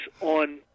on